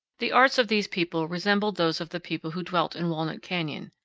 the arts of these people resembled those of the people who dwelt in walnut canyon.